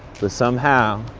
but somehow,